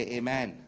amen